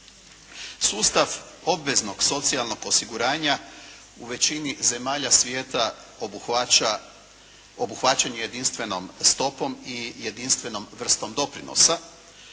Sustav obveznog socijalnog osiguranja u većini zemalja svijeta obuhvaćen je jedinstvenom stopom i jedinstvenom vrstom doprinosa.